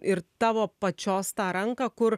ir tavo pačios tą ranką kur